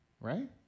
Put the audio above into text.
Right